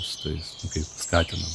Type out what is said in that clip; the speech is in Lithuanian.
su tais nu kaip skatinama